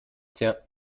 tja